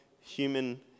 human